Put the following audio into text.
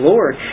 Lord